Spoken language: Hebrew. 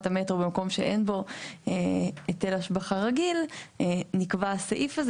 המטרו במקום שאין בו היטל השבחה רגיל נקבע הסעיף הזה